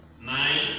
Nine